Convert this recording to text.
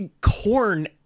corn